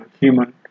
human